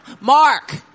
mark